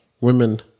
women